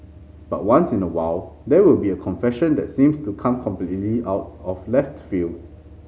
but once in a while there will be a confession that seems to come completely out of left field